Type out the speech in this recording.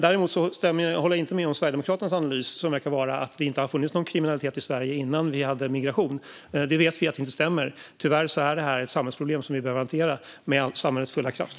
Jag håller däremot inte med om Sverigedemokraternas analys, som verkar vara att det inte fanns någon kriminalitet i Sverige innan vi hade migration. Vi vet att detta inte stämmer. Tyvärr är detta ett samhällsproblem som vi behöver hantera med samhällets fulla kraft.